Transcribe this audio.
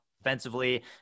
offensively